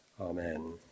Amen